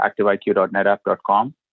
activeIQ.netapp.com